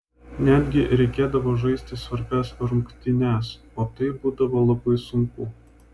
netgi reikėdavo žaisti svarbias rungtynes o tai būdavo labai sunku